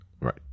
Right